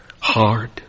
hard